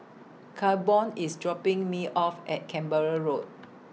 Claiborne IS dropping Me off At Canberra Road